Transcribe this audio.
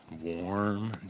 warm